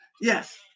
Yes